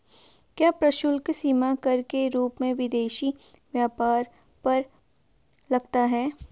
क्या प्रशुल्क सीमा कर के रूप में विदेशी व्यापार पर लगता है?